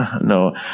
no